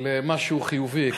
למשהו חיובי,